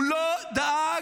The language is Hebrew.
הוא דאג,